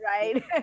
right